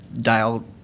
dial